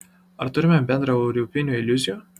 ar turime bendraeuropinių iliuzijų